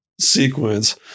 sequence